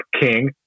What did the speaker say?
King